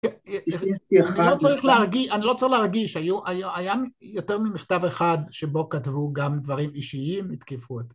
אני לא צריך להרגיש, היה יותר ממכתב אחד שבו כתבו גם דברים אישיים והתקיפו אותי